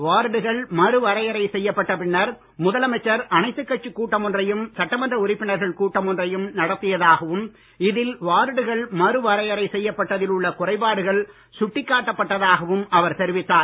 வார்டுகள் மறுவரையறை செய்யப்பட்ட பின்னர் முதலமைச்சர் அனைத்துக் கட்சிக் கூட்டம் ஒன்றையும் சட்டமன்ற உறுப்பினர்கள் கூட்டம் ஒன்றையும் நடத்தியதாகவும் இதில் வார்டுகள் மறுவரையறை செய்யப்பட்டதில் உள்ள குறைபாடுகள் சுட்டிக் காட்டப் பட்டதாகவும் அவர் தெரிவித்தார்